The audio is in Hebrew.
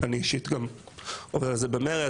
אני אישית גם עובד על זה במרץ,